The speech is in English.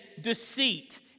deceit